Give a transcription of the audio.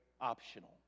optional